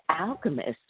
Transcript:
alchemists